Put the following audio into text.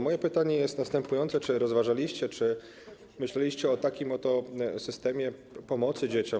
Moje pytanie jest następujące: Czy rozważaliście, czy myśleliście o takim oto systemie pomocy dzieciom?